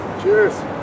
Cheers